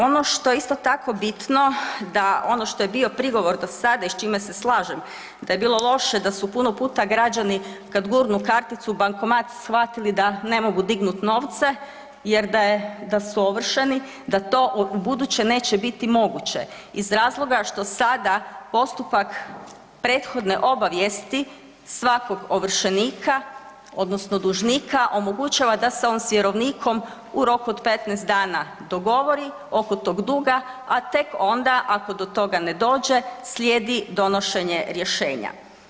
Ono što je isto tako bitno, da ono što je bio prigovor do sada i s čime se slažem da je bilo loše da su puno puta građani kada gurnu karticu u bankomat shvatili da ne mogu dignuti novce jer da su ovršeni, da to ubuduće neće biti moguće iz razloga što sada postupak prethodne obavijesti svakog ovršenika odnosno dužnika omogućava da se on s vjerovnikom u roku od 15 dana dogovori oko tog duga, a tek onda ako do toga ne dođe slijedi donošenje rješenja.